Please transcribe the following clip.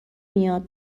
میاد